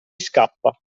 scappa